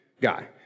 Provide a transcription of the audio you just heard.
guy